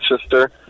sister